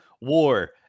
War